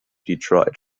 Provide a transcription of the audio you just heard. detroit